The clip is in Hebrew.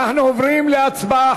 אנחנו עוברים להצבעה.